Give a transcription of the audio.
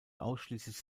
ausschließlich